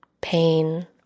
pain